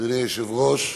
אדוני היושב-ראש,